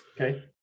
Okay